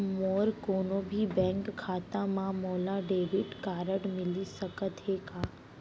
मोर कोनो भी बैंक खाता मा मोला डेबिट कारड मिलिस सकत हे का?